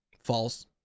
false